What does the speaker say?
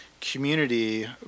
community